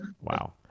Wow